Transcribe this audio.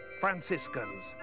Franciscans